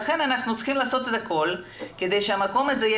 לכן אנחנו צריכים לעשות הכול כדי שהמקום הזה יהיה